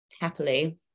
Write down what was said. happily